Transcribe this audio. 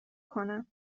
کنم